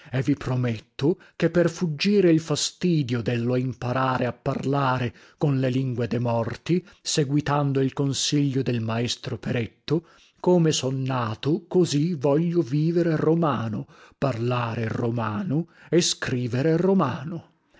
imparare a parlare con le lingue de morti seguitando il consiglio del maestro peretto come son nato così voglio vivere romano parlare romano e scrivere romano